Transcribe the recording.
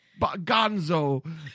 Gonzo